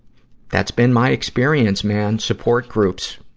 that's been my experience, man. support groups,